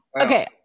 Okay